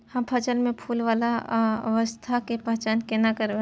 हम फसल में फुल वाला अवस्था के पहचान केना करबै?